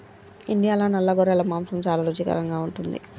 ఇండియాలో నల్ల గొర్రెల మాంసం చాలా రుచికరంగా ఉంటాయి